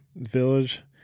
village